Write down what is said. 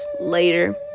later